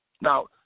Now